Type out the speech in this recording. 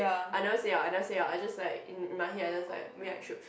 I never say out I never say out I just like in my head I just like maybe I should